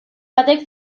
batek